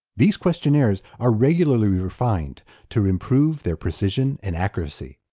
these questionnaires are regularly refined to improve their precision and accuracy.